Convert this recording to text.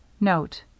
Note